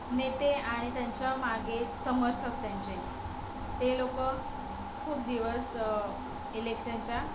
नेते आणि त्यांच्या मागे समर्थक त्यांचे ते लोक खूप दिवस इलेक्शनच्या